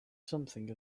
something